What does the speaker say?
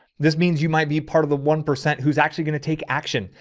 this means you might be part of the one percent who's actually going to take action.